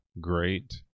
great